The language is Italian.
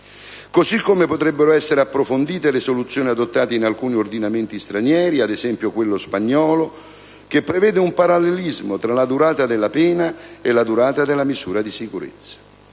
Così come potrebbero essere approfondite le soluzioni adottate in alcuni ordinamenti stranieri, quale quello spagnolo, che prevede un parallelismo tra la durata delle pene e la durata delle misure di sicurezza.